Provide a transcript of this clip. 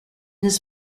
his